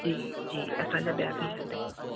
जी जी असांजा ॿिया बि हलंदा आहिनि